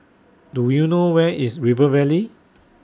Do YOU know Where IS River Valley